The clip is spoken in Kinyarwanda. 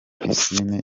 pisine